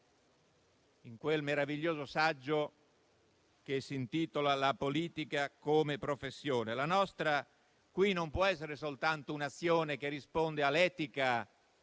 in quel meraviglioso saggio che si intitola «La politica come professione». La nostra non può essere soltanto un'azione che risponde all'etica